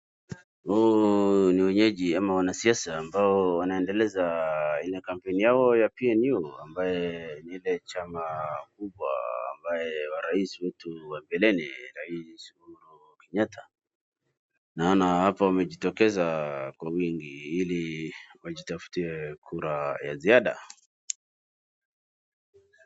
Hawa ni wenyeji ama wanasiasa ambao wanaendeleeza ile kampeni yao ya PNU ambaye ni ile chama kubwa ambaye marais wetu wa mbeleni rais Uhuru kenyatta, naona hapa wamejitokeza kwa wingi ili wajitafutie kura ya ziada.